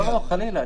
לא, חלילה.